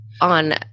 on